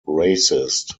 racist